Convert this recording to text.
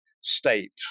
state